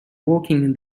walking